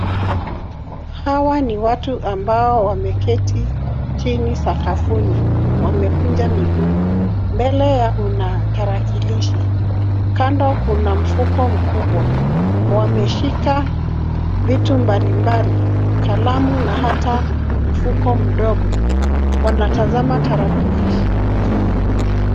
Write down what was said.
Hawa ni watu ambao wameketi chini sakafuni wamekuja miguu. Mbele yao kuna tarakilishi, kando kuna mfuko mkubwa. Wameshika vitu mbalimbali kalamu na hata mfuko mdogo wanatazama tarakilishi.